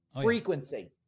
Frequency